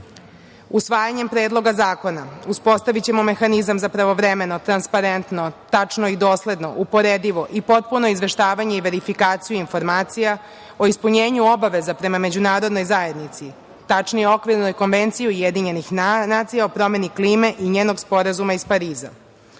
Usvajanjem Predloga zakona uspostavićemo mehanizam za pravovremeno, transparentno, tačno i dosledno, uporedivo i potpuno izveštavanje i verifikaciju informacija o ispunjenju obaveza prema međunarodnoj zajednici, tačnije Okvirnoj konvenciji Ujedinjenih nacija o promeni klime i njenog sporazuma iz